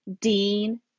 Dean